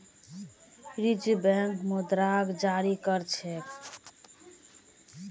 reserve Bank मुद्राक जारी कर छेक